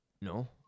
No